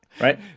right